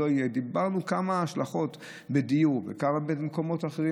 דיברנו על כמה השלכות בדיור ועל כמה במקומות אחרים,